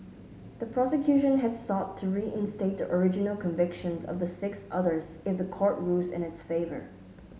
the prosecution had sought to reinstate the original convictions of the six others if the court rules in its favour